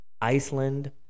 Iceland